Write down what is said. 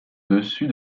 dessus